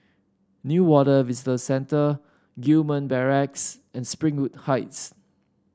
Newater Visitor Centre Gillman Barracks and Springwood Heights